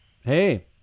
hey